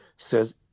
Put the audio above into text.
says